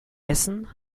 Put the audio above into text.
essen